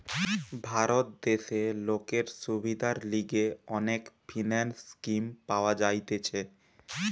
ভারত দেশে লোকের সুবিধার লিগে অনেক ফিন্যান্স স্কিম পাওয়া যাইতেছে